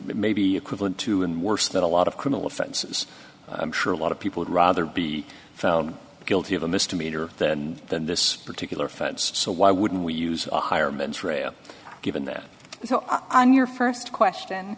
maybe equivalent to and worse than a lot of criminal offenses i'm sure a lot of people would rather be found guilty of a misdemeanor than this particular offense so why wouldn't we use a higher than true given that so on your first question